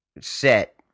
Set